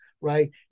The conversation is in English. right